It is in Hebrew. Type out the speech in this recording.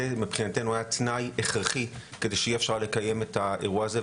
זה מבחינתנו היה תנאי הכרחי כדי שאפשר יהיה לקיים את האירוע הזה,